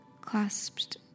clasped